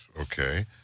Okay